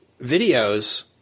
videos